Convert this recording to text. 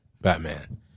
Batman